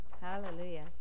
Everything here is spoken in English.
hallelujah